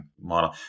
model